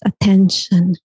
attention